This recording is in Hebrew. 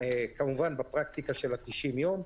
כמובן , בפרקטיקה של ה-90 יום.